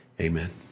Amen